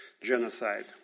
genocide